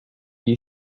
you